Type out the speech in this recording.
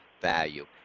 value